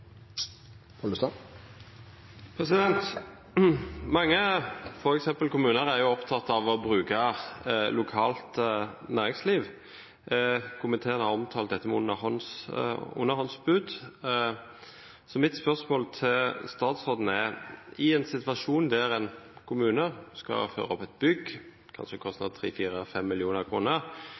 effekt. Mange, f.eks. kommuner, er opptatt av å bruke lokalt næringsliv. Komiteen har omtalt dette med «underhåndsbud». Mitt spørsmål til statsråden er: I en situasjon der en kommune skal føre opp et bygg, kanskje koster det 3, 4, 5 mill. kr, og spør fire